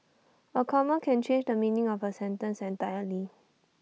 A comma can change the meaning of A sentence entirely